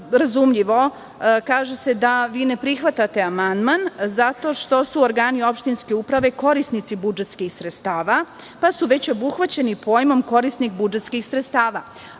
razumljivo. Kaže se da vi ne prihvatate amandman zato što su organi opštinske uprave korisnici budžetskih sredstava, pa su već obuhvaćeni pojmom "korisnik budžetskih sredstava".